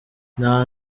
nta